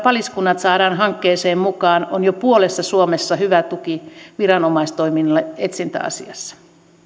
paliskunnat saadaan hankkeeseen mukaan on jo puolessa suomessa hyvä tuki viranomaistoiminnalle etsintäasiassa